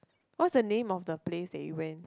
what's the name of the place that you went